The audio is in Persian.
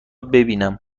ببینم